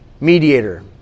mediator